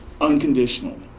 unconditionally